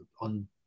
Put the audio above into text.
on